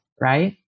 right